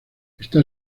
está